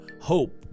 hope